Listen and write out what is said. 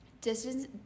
distance